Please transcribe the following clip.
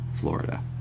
Florida